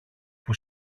που